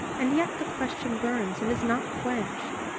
and yet the question burns and is not quenched,